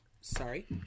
sorry